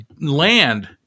land